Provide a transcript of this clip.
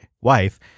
wife